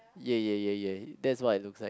ya ya ya ya that's what it looks like